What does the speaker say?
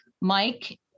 Mike